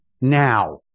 Now